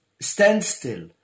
standstill